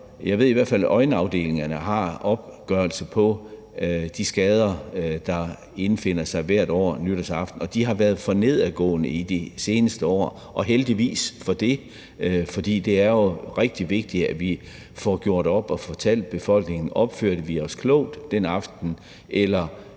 at jeg i hvert fald ved, at øjenafdelingerne har opgørelse over de skader, der hvert år indfinder sig nytårsaften, og de har været for nedadgående i de seneste år og heldigvis for det, for det er jo rigtig vigtigt, at vi får gjort det op og får fortalt befolkningen, om vi opførte os klogt den aften, eller